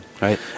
Right